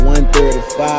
135